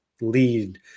lead